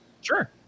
Sure